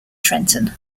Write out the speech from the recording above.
trenton